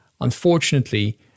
unfortunately